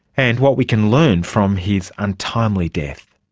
and what we can learn from his untimely death.